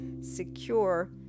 secure